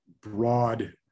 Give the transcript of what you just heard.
broad